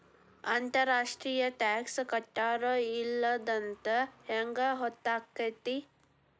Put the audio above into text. ಅಂತರ್ ರಾಷ್ಟ್ರೇಯ ಟಾಕ್ಸ್ ಕಟ್ಟ್ಯಾರೋ ಇಲ್ಲೊಂತ್ ಹೆಂಗ್ ಹೊತ್ತಾಕ್ಕೇತಿ?